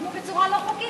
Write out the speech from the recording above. ויבנו בצורה לא חוקית,